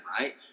right